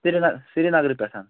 سری Srinagar پٮ۪ٹھ